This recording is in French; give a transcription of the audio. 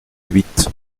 huit